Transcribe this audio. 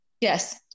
Yes